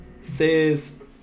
says